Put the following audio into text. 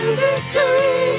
victory